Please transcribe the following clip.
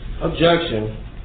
Objection